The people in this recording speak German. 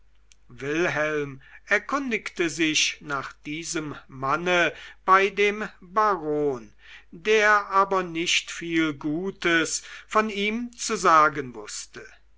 wilhelm erkundigte sich nach diesem manne bei dem baron der aber nicht viel gutes von ihm zu sagen wußte